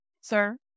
sir